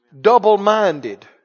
Double-minded